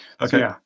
Okay